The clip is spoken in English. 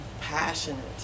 passionate